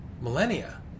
millennia